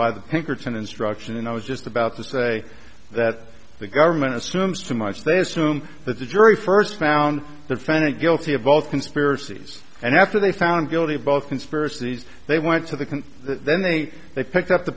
by the pinkerton instruction and i was just about to say that the government assumes too much they assume that the jury first found the defendant guilty of both conspiracies and after they found guilty of both conspiracies they went to the can then they they picked up the